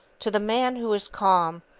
to the man who is calm,